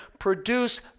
produce